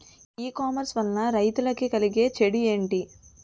E commerce వలన రైతులకి కలిగే చెడు ఎంటి?